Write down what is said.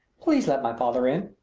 please let my father in.